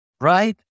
right